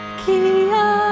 kia